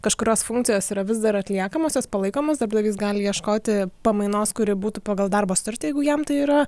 kažkurios funkcijos yra vis dar atliekamos jos palaikomos darbdavys gali ieškoti pamainos kuri būtų pagal darbo sutartį jeigu jam tai yra